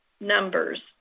numbers